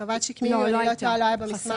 מפעלי כנות, מפעלי צומת